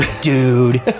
dude